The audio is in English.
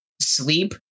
sleep